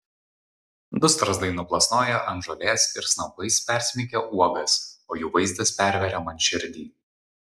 du strazdai nuplasnoja ant žolės ir snapais persmeigia uogas o jų vaizdas perveria man širdį